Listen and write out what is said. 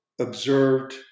observed